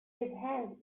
hands